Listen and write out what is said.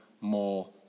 more